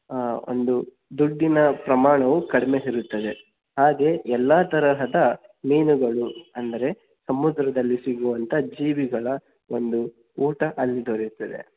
ಒಂದು ದುಡ್ಡಿನ ಪ್ರಮಾಣವು ಕಡಿಮೆ ಸಿಗುತ್ತದೆ ಹಾಗೇ ಎಲ್ಲ ತರಹದ ಮೀನುಗಳು ಅಂದರೆ ಸಮುದ್ರದಲ್ಲಿ ಸಿಗುವಂಥ ಜೀವಿಗಳ ಒಂದು ಊಟ ಅಲ್ಲಿ ದೊರೆಯುತ್ತದೆ